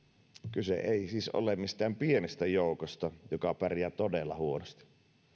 kyse ei siis ole ihan pienestä joukosta joka pärjää todella huonosti